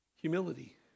Humility